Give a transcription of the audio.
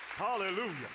Hallelujah